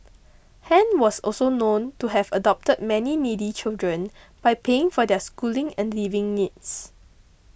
Han was also known to have adopted many needy children by paying for their schooling and living needs